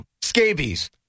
Scabies